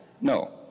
No